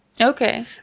Okay